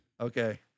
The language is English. Okay